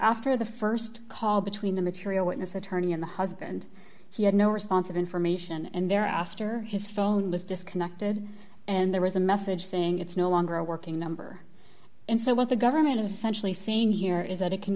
after the st call between the material witness attorney and the husband she had no response of information and there after his phone was disconnected and there was a message saying it's no longer a working number and so what the government is centrally saying here is that it can